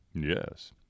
Yes